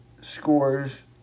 scores